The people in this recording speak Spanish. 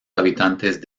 habitantes